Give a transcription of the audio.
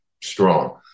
strong